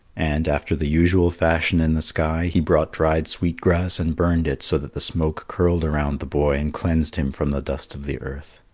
and, after the usual fashion in the sky, he brought dried sweet-grass and burned it so that the smoke curled around the boy and cleansed him from the dust of the earth.